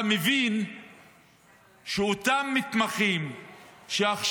אתה מבין משתי התגובות שקראתי שאותם מתמחים שעכשיו